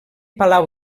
palau